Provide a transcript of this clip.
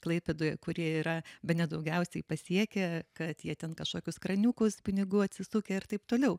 klaipėdoje kurie yra bene daugiausiai pasiekę kad jie ten kažkokius kraniukus pinigų atsisukę ir taip toliau